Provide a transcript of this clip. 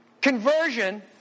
conversion